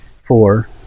four